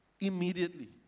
Immediately